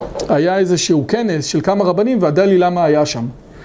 היה איזה שהוא כנס של כמה רבנים, והדלאי למה היה שם.